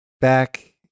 back